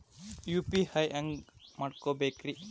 UPI ಹ್ಯಾಂಗ ಮಾಡ್ಕೊಬೇಕ್ರಿ?